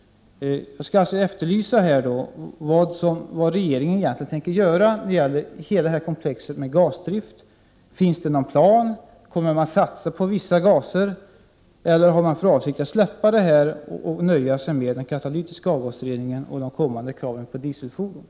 Jag efterlyser vad regeringen egentligen tänker göra när det gäller hela detta komplex med gasdrift. Finns det någon plan? Kommer man att satsa på vissa gaser, eller har man för avsikt att lämna detta område och nöja sig med den katalytiska avgasreningen och de kommande kraven på dieselfordonen?